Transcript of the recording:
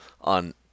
on